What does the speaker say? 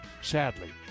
sadly